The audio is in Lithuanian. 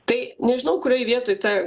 tai nežinau kurioj vietoj ta